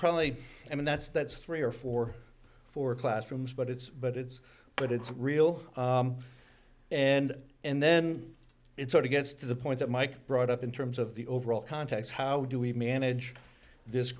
probably i mean that's that's three or four for classrooms but it's but it's but it's real and and then it sort of gets to the point that mike brought up in terms of the overall context how do we manage